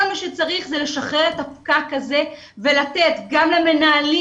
כל מה שצריך הוא לשחרר את הפקק הזה ולתת גם למנהלים,